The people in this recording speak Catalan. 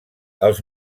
els